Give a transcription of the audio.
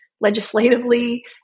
legislatively